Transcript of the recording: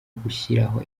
gushyiraho